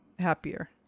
Happier